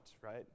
right